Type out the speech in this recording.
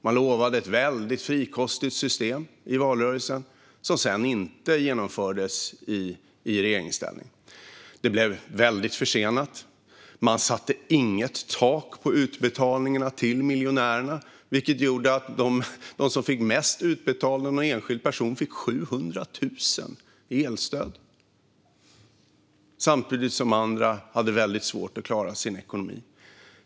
Man lovade ett väldigt frikostigt system i valrörelsen som man sedan inte genomförde i regeringsställning. Det blev väldigt försenat. Man satte inget tak på utbetalningarna till miljonärerna, vilket gjorde att det bland dem som fick mest utbetalningar fanns någon enskild person som fick 700 000 i elstöd, samtidigt som andra hade väldigt svårt att klara sin ekonomi.